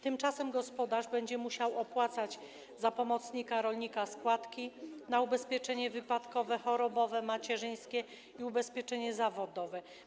Tymczasem gospodarz będzie musiał opłacać za pomocnika rolnika składki na ubezpieczenia: wypadkowe, chorobowe, macierzyńskie i zawodowe.